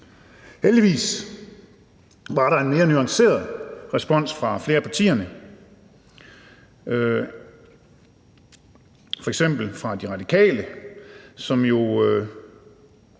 Heldigvis var der en mere nuanceret respons fra flere af partierne, f.eks. fra De Radikale, som jo